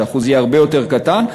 שהאחוז יהיה הרבה יותר קטן,